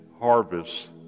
harvest